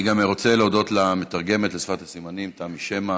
אני גם רוצה להודות למתרגמת לשפת הסימנים תמי שמע.